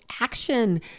action